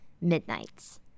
Midnights